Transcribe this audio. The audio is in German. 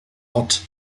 ott